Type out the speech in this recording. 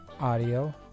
Audio